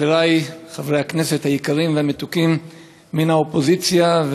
חברי חברי הכנסת היקרים והמתוקים מן האופוזיציה,